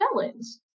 felons